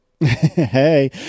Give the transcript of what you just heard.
hey